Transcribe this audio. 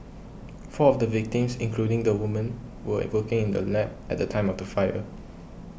four of the victims including the woman were working in the lab at the time of the fire